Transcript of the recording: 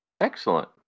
Excellent